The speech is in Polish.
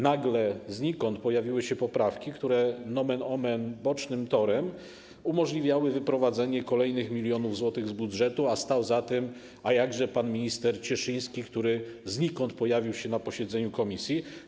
Nagle znikąd pojawiły się poprawki, które nomen omen bocznym torem umożliwiały wyprowadzenie kolejnych milionów złotych z budżetu, a stał za tym, a jakże, pan minister Cieszyński, który znikąd pojawił się na posiedzeniu komisji.